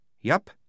Yup